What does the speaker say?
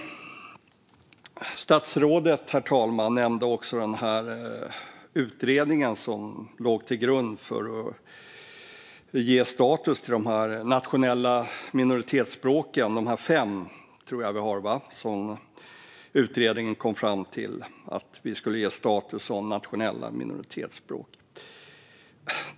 Statsrådet nämnde utredningen som låg till grund för att ge fem språk status som nationella minoritetsspråk.